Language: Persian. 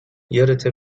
یادته